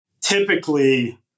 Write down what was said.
Typically